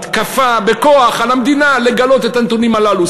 כפה בכוח על המדינה לגלות את הנתונים הללו,